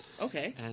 Okay